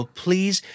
please